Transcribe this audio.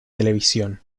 televisión